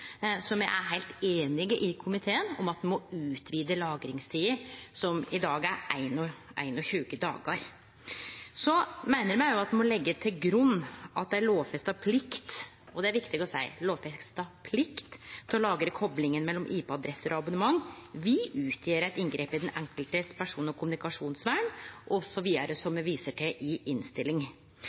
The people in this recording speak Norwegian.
så me er heilt einige i komiteen om at ein må utvide lagringstida, som i dag er på 21 dagar. Me meiner òg – og det er viktig å seie – at ein må leggje til grunn at ei lovfesta plikt til å lagre koplinga mellom IP-adresser og abonnement vil utgjere eit inngrep i person- og kommunikasjonsvernet til den enkelte, osv., slik me viser til i